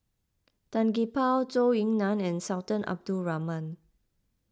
Tan Gee Paw Zhou Ying Nan and Sultan Abdul Rahman